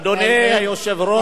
אדוני היושב-ראש,